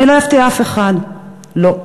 אני לא אפתיע אף אחד: לא.